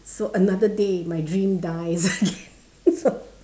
so another day my dream dies again